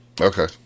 Okay